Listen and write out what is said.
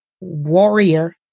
warrior